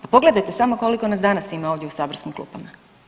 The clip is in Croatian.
Pogledajte samo koliko nas danas ima ovdje u saborskim klupama?